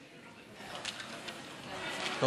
שלוש.